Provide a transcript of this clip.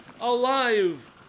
alive